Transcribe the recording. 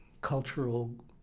cultural